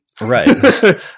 Right